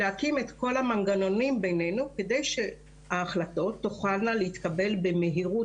להקים את כל המנגנונים בינינו כדי שההחלטות תוכלנה להתקבל במהירות,